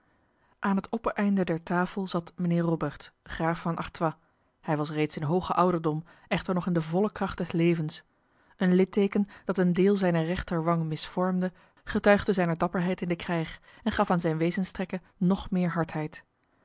aan het oppereinde der tafel zat mijnheer robert graaf van artois hij was reeds in hoge ouderdom echter nog in de volle kracht des levens een litteken dat een deel zijner rechterwang misvormde getuigde zijner dapperheid in de krijg en gaf aan zijn wezenstrekken nog meer hardheid